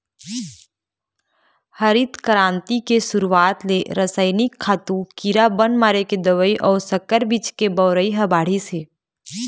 हरित करांति के सुरूवात ले रसइनिक खातू, कीरा बन मारे के दवई अउ संकर बीज के बउरई ह बाढ़िस हे